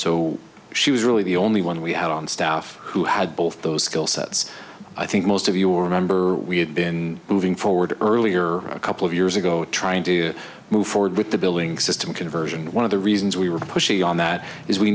so she was really the only one we had on staff who had both those skill sets i think most of your remember we had been moving forward earlier a couple of years ago trying to move forward with the billing system conversion one of the reasons we were pushy on that is we